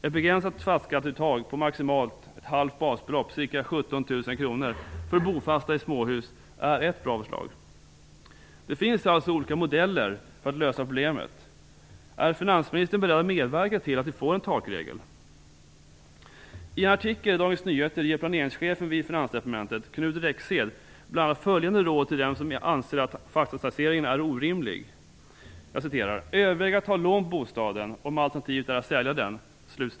Ett begränsat fastighetsskatteuttag på maximalt ett halvt basbelopp, ca 17 000 kr, för bofasta i småhus är ett bra förslag. Det finns alltså olika modeller för att lösa problemet. Är finansministern beredd att medverka till att vi får en takregel? Enligt en artikel i Dagens Nyheter ger planeringschefen vid Finansdepartementet, Knut Rexed, bl.a. följande råd till dem som anser att fastighetstaxeringen är orimlig: "Överväg att ta lån på bostaden, om alternativet är att sälja den."